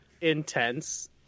intense